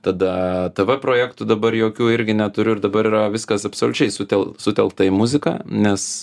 tada tv projektų dabar jokių irgi neturiu ir dabar yra viskas absoliučiai sutel sutelkta į muziką nes